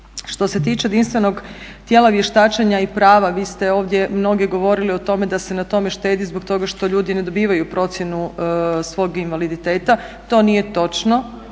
Što se tiče jedinstvenog tijela vještačenja i prava, vi ste ovdje mnogi govorili o tome da se na tome štedi zbog toga što ljudi ne dobivaju procjenu svog invaliditeta, to nije točno,